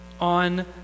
on